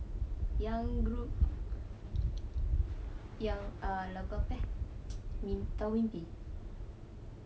yang group yang uh lagu apa ya mim~ tahu mimpi